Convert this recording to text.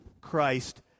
Christ